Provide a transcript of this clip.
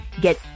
get